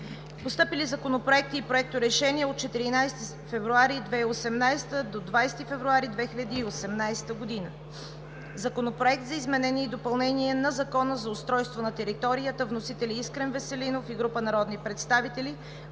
Постъпили законопроекти и проекторешения от 14 до 20 февруари 2018 г.: Законопроект за изменение и допълнение на Закона за устройство на територията. Вносители – Искрен Веселинов и група народни представители.